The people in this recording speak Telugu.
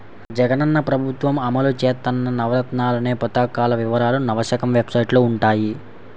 జగనన్న ప్రభుత్వం అమలు చేత్తన్న నవరత్నాలనే పథకాల వివరాలు నవశకం వెబ్సైట్లో వుంటయ్యి